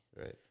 Right